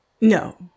No